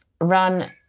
run